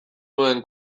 nuen